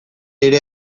ere